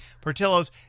Portillo's